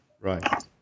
right